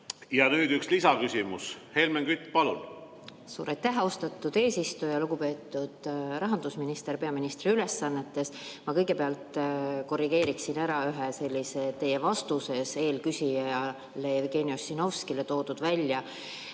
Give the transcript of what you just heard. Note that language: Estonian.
Nüüd üks lisaküsimus. Helmen Kütt, palun! Suur aitäh, austatud eesistuja! Lugupeetud rahandusminister peaministri ülesannetes! Ma kõigepealt korrigeeriksin ära ühe sellise [nüansi] teie vastuses eelküsija Jevgeni Ossinovskile.